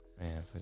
Man